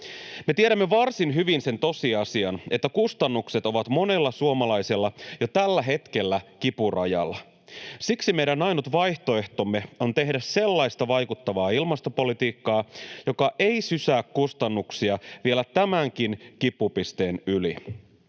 Me tiedämme varsin hyvin sen tosiasian, että kustannukset ovat monella suomalaisella jo tällä hetkellä kipurajalla. Siksi meidän ainut vaihtoehtomme on tehdä sellaista vaikuttavaa ilmastopolitiikkaa, joka ei sysää kustannuksia vielä tämänkin kipupisteen yli.